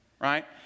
right